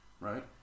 right